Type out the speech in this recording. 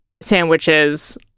sandwiches